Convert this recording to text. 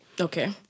Okay